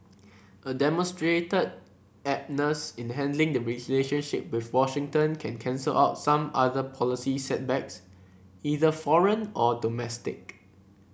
a demonstrated adeptness in handling the relationship with Washington can cancel out some other policy setbacks either foreign or domestic